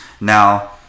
Now